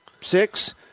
six